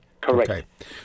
Correct